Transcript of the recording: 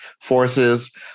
forces